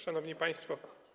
Szanowni Państwo!